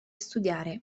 studiare